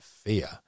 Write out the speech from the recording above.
fear